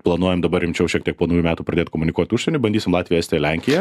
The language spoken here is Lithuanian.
planuojam dabar rimčiau šiek tiek po naujų metų pradėt komunikuot užsieny bandysim latviją estiją lenkiją